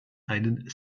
einen